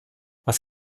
was